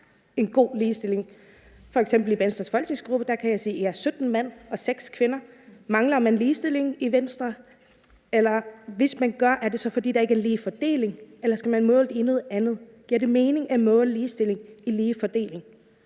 er god ligestilling? F.eks. kan jeg se, at I i Venstres folketingsgruppe er 17 mænd og 6 kvinder. Mangler man ligestilling i Venstre? Og hvis man gør, er det så, fordi der ikke er en ligelig fordeling, eller skal man måle det i forhold til noget andet? Giver det mening at måle ligestilling i forhold